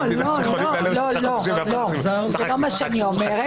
לא, זה לא מה שאני אומרת.